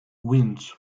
winds